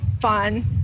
fun